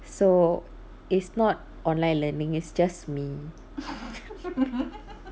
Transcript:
so it's not online learning it's just me